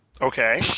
Okay